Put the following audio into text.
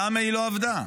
למה היא לא עבדה?